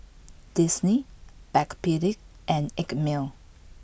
Disney Backpedic and Einmilk